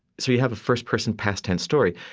so you have a first person past tense story.